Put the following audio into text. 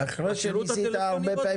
הדואר שקיים ברחוב יפת 142 ביפו.